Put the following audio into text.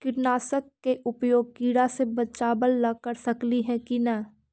कीटनाशक के उपयोग किड़ा से बचाव ल कर सकली हे की न?